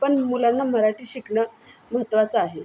पण मुलांना मराठी शिकणं महत्वाचं आहे